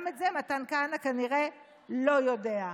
גם את זה מתן כנראה לא יודע.